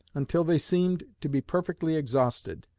until they seemed to be perfectly exhausted.